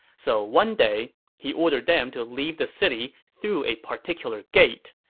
so one day, he ordered them to leave the city through a particular gate,